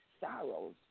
sorrows